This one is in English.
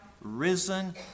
risen